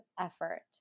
effort